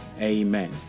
Amen